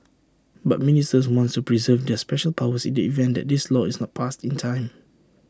but ministers wanted to preserve their special powers in the event that this law is not passed in time